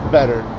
Better